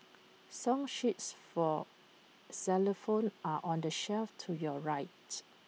song sheets for xylophones are on the shelf to your right